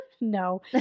No